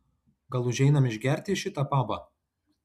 gal užeinam išgerti į šitą pabą